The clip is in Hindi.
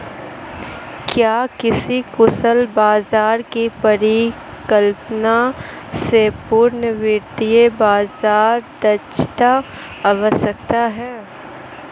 क्या किसी कुशल बाजार की परिकल्पना से पूर्व वित्तीय बाजार दक्षता आवश्यक है?